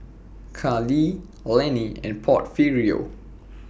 Kalie Lenny and Porfirio